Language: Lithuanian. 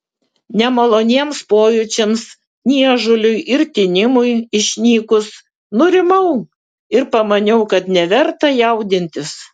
nemaloniems pojūčiams niežuliui ir tinimui išnykus nurimau ir pamaniau kad neverta jaudintis